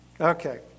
Okay